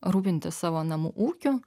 rūpintis savo namų ūkiu